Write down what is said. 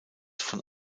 von